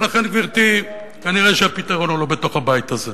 ולכן, גברתי, נראה שהפתרון הוא לא בתוך הבית הזה,